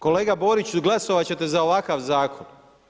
Kolega Borić glasovat ćete za ovakav zakon.